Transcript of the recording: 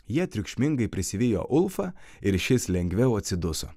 jie triukšmingai prisivijo ulfą ir šis lengviau atsiduso